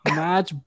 match